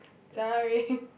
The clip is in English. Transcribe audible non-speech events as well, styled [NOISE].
sorry [LAUGHS]